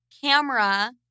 camera